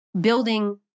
building